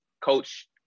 Coach